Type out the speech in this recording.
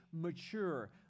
mature